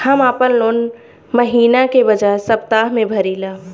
हम आपन लोन महिना के बजाय सप्ताह में भरीला